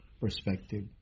perspective